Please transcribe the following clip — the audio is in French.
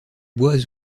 bois